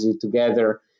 together